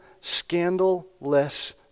scandal-less